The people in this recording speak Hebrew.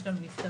יש לנו נפטרים,